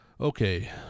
Okay